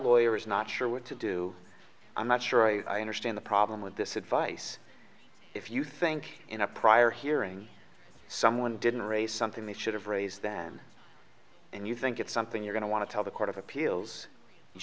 lawyers not sure what to do i'm not sure i understand the problem with this advice if you think in a prior hearing someone didn't raise something that should have raised them and you think it's something you're going to want to tell the court of appeals